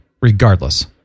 regardless